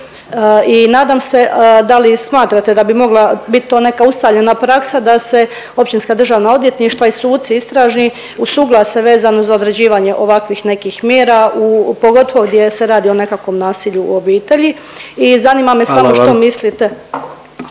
I nadam se da li smatrate da bi mogla bit to neka ustaljena praksa da se općinska državna odvjetništva i suci istražni usuglase vezano za određivanje ovakvih nekih mjera u, pogotovo gdje se radi o nekakvom nasilju u obitelji. I zanima me samo što …